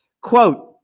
Quote